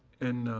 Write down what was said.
and